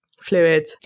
fluid